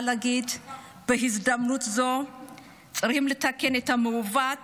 להגיד בהזדמנות זאת שצריך לתקן את המעוות